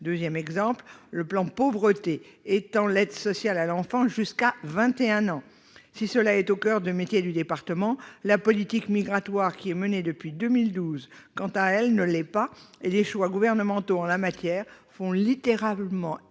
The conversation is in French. Deuxièmement, le plan Pauvreté étend l'aide sociale à l'enfance jusqu'à vingt et un ans. Si cela est le coeur de métier du département, la politique migratoire qui est menée depuis 2012 ne l'est pas, et les choix gouvernementaux en la matière font littéralement exploser